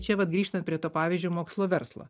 čia vat grįžtant prie to pavyzdžiui mokslo verslo